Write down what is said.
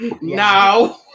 No